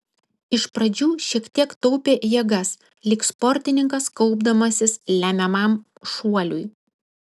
iš pradžių šiek tiek taupė jėgas lyg sportininkas kaupdamasis lemiamam šuoliui